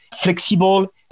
flexible